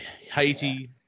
Haiti